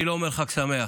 אני לא אומר "חג שמח",